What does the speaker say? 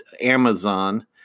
Amazon